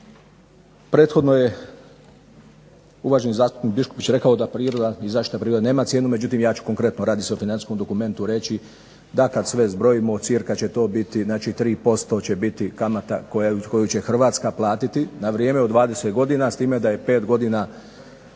Prethodno je uvaženi zastupnik Biškupić rekao da priroda i zaštita prirode nema cijenu, međutim ja ću konkretno, radi se o financijskom dokumentu, reći da kad sve zbrojimo cirka će to biti, znači 3% će biti kamata koju će Hrvatska platiti na vrijeme od 20 godina, s time da je 5 godina